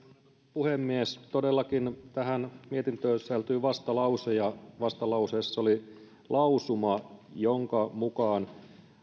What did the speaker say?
puhemies todellakin tähän mietintöön sisältyy vastalause ja vastalauseessa oli lausuma jonka mukaan